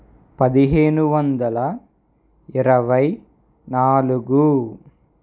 పదిహేను వందల ఇరవై నాలుగు